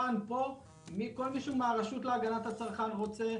כל מי שהוא מן הרשות להגנת והצרכן ורוצה,